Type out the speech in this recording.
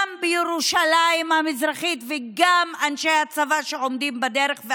גם בירושלים המזרחית וגם אנשי הצבא והמשטרה שעומדים בדרך.